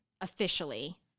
officially